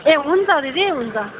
ए हुन्छ दिदी हुन्छ